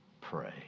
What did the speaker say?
pray